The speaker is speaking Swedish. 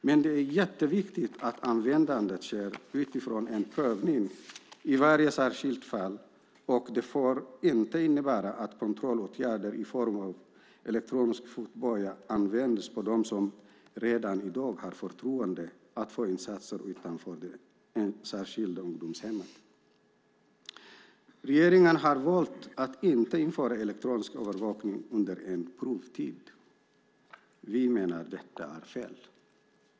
Men det är jätteviktigt att användandet sker utifrån en prövning i varje enskilt fall, och det får inte innebära att kontrollåtgärder i form av elektronisk fotboja används på dem som redan i dag har fått förtroendet att få insatser utanför det särskilda ungdomshemmet. Regeringen har valt att inte införa elektronisk övervakning under en provtid. Vi menar att detta är fel.